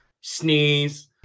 sneeze